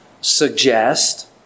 suggest